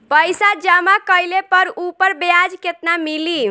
पइसा जमा कइले पर ऊपर ब्याज केतना मिली?